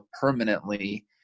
permanently